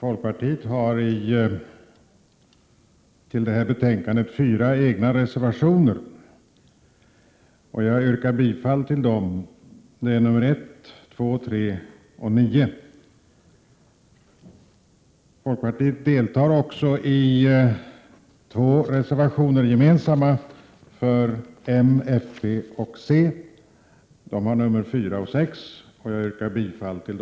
Herr talman! Folkpartiet har fyra egna reservationer till detta betänkande. Jag yrkar bifall till dessa, alltså till reservationerna 1, 2, 3 och 9. Folkpartiet står också bakom två reservationer gemensamt med moderaterna, folkpartiet och centerpartiet. Det är reservationerna 4 och 6, vilka jag också yrkar bifall till.